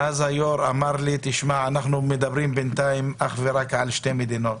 ואז היו"ר אמר לי: אנחנו מדברים בינתיים אך ורק על שתי מדינות,